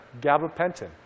gabapentin